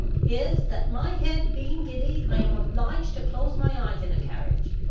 is, that my head being giddy, i am obliged to close my eyes in a carriage.